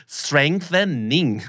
strengthening